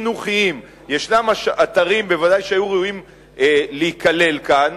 ישנם אתרים שבוודאי היו ראויים להיכלל כאן.